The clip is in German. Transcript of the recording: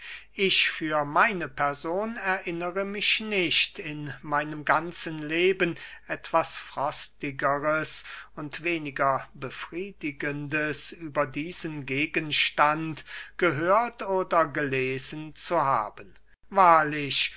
ich für meine person erinnere mich nicht in meinem ganzen leben etwas frostigeres und weniger befriedigendes über diesen gegenstand gehört oder gelesen zu haben wahrlich